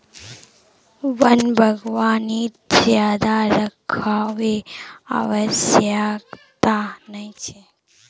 वन बागवानीत ज्यादा रखरखावेर आवश्यकता नी छेक